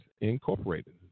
Incorporated